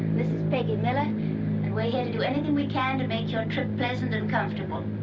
this is peggy miller. we're here to do anything we can to make your trip pleasant and comfortable.